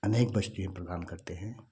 अनेक वस्तुएं प्रदान करते हैं